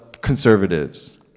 conservatives